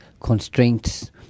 constraints